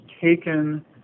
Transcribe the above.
taken